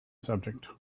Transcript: subject